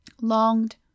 longed